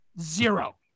Zero